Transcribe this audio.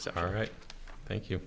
it's all right thank you